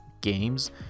games